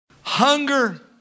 Hunger